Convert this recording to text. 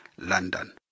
London